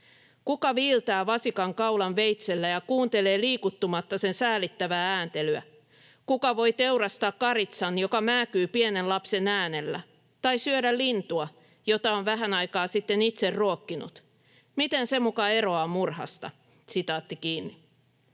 ”Kuka viiltää vasikan kaulan veitsellä ja kuuntelee liikuttumatta sen säälittävää ääntelyä, kuka voi teurastaa karitsan, joka määkyy pienen lapsen äänellä, tai syödä lintua, jota on vähän aikaa sitten itse ruokkinut? Miten se muka eroaa murhasta?”